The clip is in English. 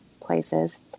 places